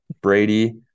Brady